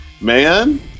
man